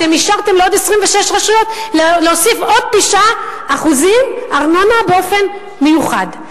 אתם אישרתם לעוד 26 רשויות להוסיף עוד 9% ארנונה באופן מיוחד.